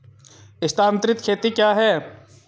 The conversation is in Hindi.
स्थानांतरित खेती क्या है?